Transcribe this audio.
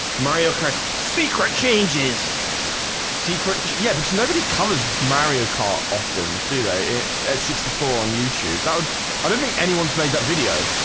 mario karts secret changes secret. yeah, because nobody covers marry a car often do they at sixty four on youtube? i don't think anyone's made that video.